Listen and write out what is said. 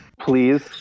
Please